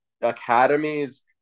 academies